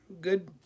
good